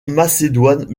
macédoine